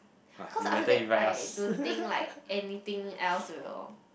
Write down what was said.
cause after that I don't think like anything else will